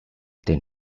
den